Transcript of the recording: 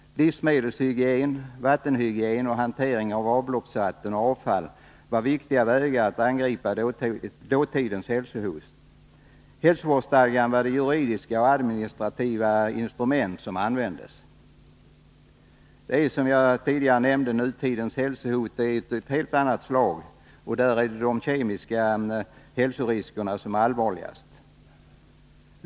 Livsmedelshygien, vattenhygien och hantering av avloppsvatten och avfall var viktiga vägar att angripa dåtidens hälsohot. Hälsovårdsstadgan var det juridiska och administrativa instrument som användes. Nutidens hälsohot är, som jag tidigare nämnde, av ett helt annat slag; nu är de kemiska hälsoriskerna allvarligast.